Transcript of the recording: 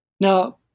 Now